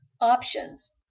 options